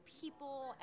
people